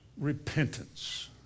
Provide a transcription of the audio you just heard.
repentance